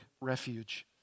refuge